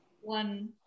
one